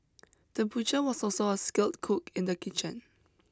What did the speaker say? the butcher was also a skilled cook in the kitchen